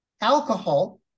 alcohol